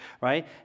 right